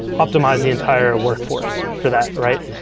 optimize the entire workforce for that, right?